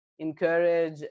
encourage